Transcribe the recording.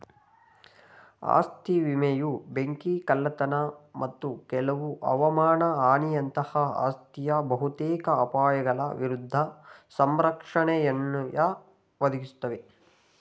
ಆಸ್ತಿ ವಿಮೆಯು ಬೆಂಕಿ ಕಳ್ಳತನ ಮತ್ತು ಕೆಲವು ಹವಮಾನ ಹಾನಿಯಂತಹ ಆಸ್ತಿಯ ಬಹುತೇಕ ಅಪಾಯಗಳ ವಿರುದ್ಧ ಸಂರಕ್ಷಣೆಯನ್ನುಯ ಒದಗಿಸುತ್ತೆ